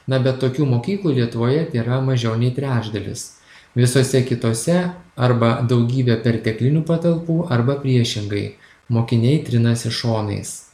na bet tokių mokyklų lietuvoje tėra mažiau nei trečdalis visose kitose arba daugybė perteklinių patalpų arba priešingai mokiniai trinasi šonais